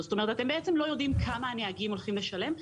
בעצם לא יודעים כמה הנהגים הולכים לשלם,